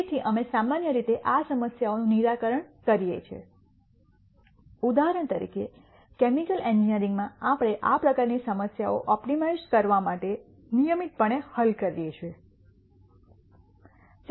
તેથી અમે સામાન્ય રીતે આ સમસ્યાઓનું નિરાકરણ કરીએ છીએ ઉદાહરણ તરીકે કેમિકલ એન્જિનિયરિંગમાં આપણે આ પ્રકારની સમસ્યાઓ ઓપ્ટિમાઇઝ કરવા માટે નિયમિતપણે હલ કરીએ છીએ